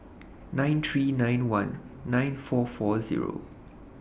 nine three nine one nine four four Zero